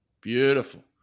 beautiful